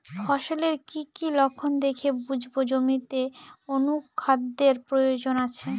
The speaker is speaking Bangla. ফসলের কি কি লক্ষণ দেখে বুঝব জমিতে অনুখাদ্যের প্রয়োজন আছে?